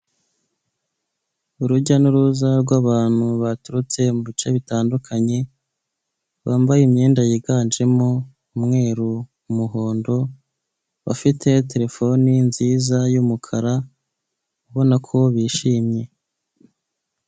Urujya n'uruza rw'abantu baturutse mu bice bitandukanye bambaye imyenda yiganjemo umweru, umuhondo bafite terefone nziza y'umukara ubona ko bishimye.